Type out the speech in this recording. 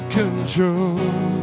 control